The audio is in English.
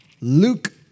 Luke